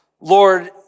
Lord